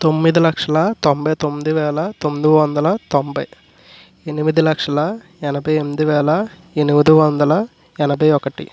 తొమ్మిది లక్షల తొంభై తొమ్మిది వేల తొమ్మిది వందల తొంభై ఎనిమిది లక్షల ఎనభై ఎనిమిది వేల ఎనిమిది వందల ఎనభై ఒకటి